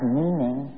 meaning